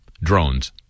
drones